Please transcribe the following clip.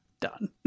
done